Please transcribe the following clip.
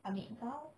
ambil kau